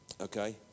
Okay